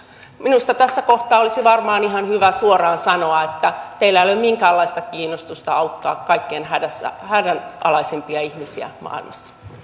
minusta tässä kohtaa olisi varmaan ihan hyvä suoraan sanoa että teillä ei ole minkäänlaista kiinnostusta auttaa kaikkein hädänalaisimpia ihmisiä maailmassa